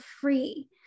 free